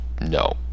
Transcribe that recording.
no